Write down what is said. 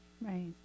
Right